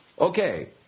okay